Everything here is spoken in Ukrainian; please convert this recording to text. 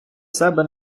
себе